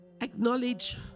Acknowledge